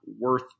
worth